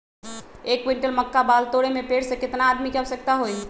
एक क्विंटल मक्का बाल तोरे में पेड़ से केतना आदमी के आवश्कता होई?